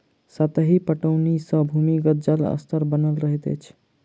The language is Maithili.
सतही पटौनी सॅ भूमिगत जल स्तर बनल रहैत छै